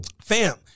Fam